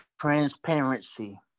transparency